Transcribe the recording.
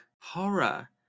Horror